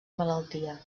malaltia